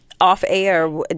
off-air